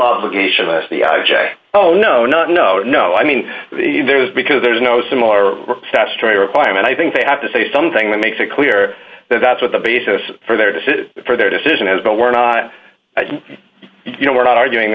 obligation as the object oh no not no no i mean there is because there is no similar statutory requirement i think they have to say something that makes it clear that's what the basis for their decision for their decision has been we're not you know we're not arguing